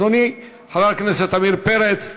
אדוני חבר הכנסת עמיר פרץ,